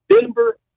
Denver